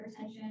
hypertension